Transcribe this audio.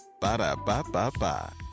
Ba-da-ba-ba-ba